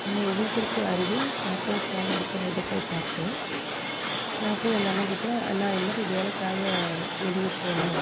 எனது வீட்டிற்கு அருகில் ஆட்டோ ஸ்டாண்ட் இருக்கும் இடத்தை பார்த்தேன் நான் போய் அந்த அண்ணன்கிட்ட அண்ணா இது மாதிரி வேலைக்காக வெளியூர் போகணும்